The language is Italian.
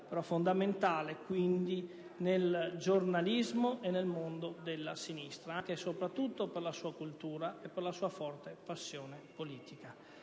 figura fondamentale quindi nel giornalismo e nel mondo della sinistra, anche e soprattutto per la sua cultura e la sua forte passione politica.